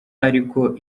ariko